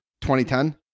2010